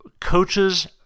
coaches